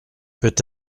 peut